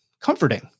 comforting